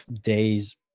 days